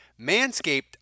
Manscaped